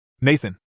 Nathan